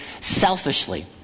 selfishly